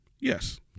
yes